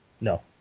No